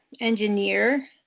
engineer